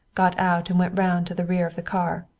got out and went round to the rear of the car.